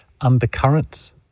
undercurrents